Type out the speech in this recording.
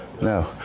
No